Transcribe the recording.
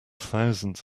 thousands